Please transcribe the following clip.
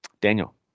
Daniel